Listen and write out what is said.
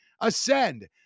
ascend